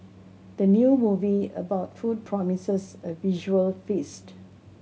the new movie about food promises a visual feast